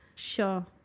Sure